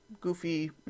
goofy